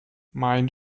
mein